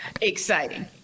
exciting